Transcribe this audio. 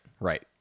right